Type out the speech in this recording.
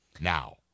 now